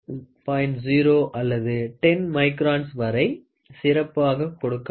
0 அல்லது 10 microns வரை சிறப்பாக கொடுக்க முடியும்